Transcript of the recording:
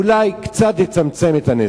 אולי קצת יצמצם את הנזק.